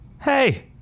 Hey